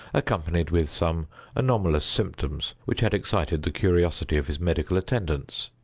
accompanied with some anomalous symptoms which had excited the curiosity of his medical attendants.